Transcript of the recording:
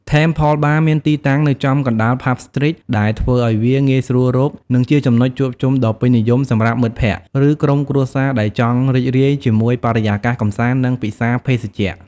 Temple Bar មាន ទីតាំងនៅចំកណ្តាល ផាប់ ស្ទ្រីត ដែលធ្វើឲ្យវាងាយស្រួលរក និងជាចំណុចជួបជុំដ៏ពេញនិយមសម្រាប់មិត្តភក្តិ ឬក្រុមគ្រួសារដែលចង់រីករាយជាមួយបរិយាកាសកម្សាន្ត និងពិសាភេសជ្ជៈ។